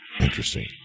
Interesting